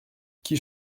qui